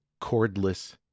cordless